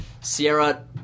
Sierra